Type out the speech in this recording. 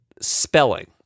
spelling